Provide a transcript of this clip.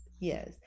yes